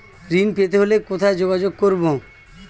ঋণ পেতে হলে কোথায় যোগাযোগ করব?